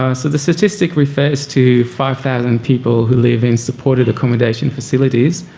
ah so the statistic refers to five thousand people who live in supported accommodation facilities.